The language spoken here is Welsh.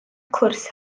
cwrs